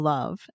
Love